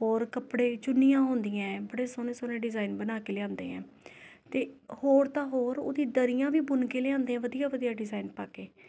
ਹੋਰ ਕੱਪੜੇ ਚੁੰਨੀਆਂ ਹੁੰਦੀਆਂ ਹੈ ਬੜੇ ਸੋਹਣੇ ਸੋਹਣੇ ਡਿਜ਼ਾਈਨ ਬਣਾ ਕੇ ਲਿਆਉਂਦੇ ਹੈ ਅਤੇ ਹੋਰ ਤਾਂ ਹੋਰ ਉਹਦੀ ਦਰੀਆਂ ਵੀ ਬੁਣ ਕੇ ਲਿਆਉਂਦੇ ਹੈ ਵਧੀਆ ਵਧੀਆ ਡਿਜ਼ਾਈਨ ਪਾ ਕੇ